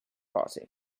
party